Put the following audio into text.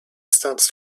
starts